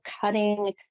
cutting